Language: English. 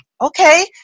okay